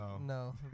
no